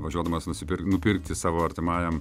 važiuodamas nusipirkt nupirkti savo artimajam